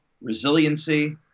resiliency